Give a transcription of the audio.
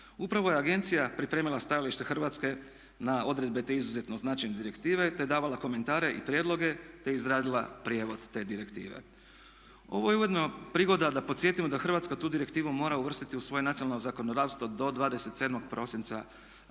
Upravo je agencija pripremila stajalište Hrvatske na odredbe te izuzetno značajne direktive te davala komentare i prijedloge te izradila prijevod te direktive. Ovo je ujedno prigoda da podsjetimo da Hrvatska tu direktivu mora uvrstiti u svoje nacionalno zakonodavstvo do 27.prosinca